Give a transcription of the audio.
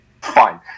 Fine